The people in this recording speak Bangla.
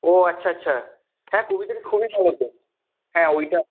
ও আচ্ছা আচ্ছা হ্যাঁ কবিতাটা খুবই ভালো তো হ্যাঁ ওইটা